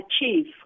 achieve